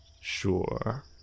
Sure